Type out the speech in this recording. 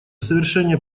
совершение